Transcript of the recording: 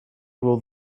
will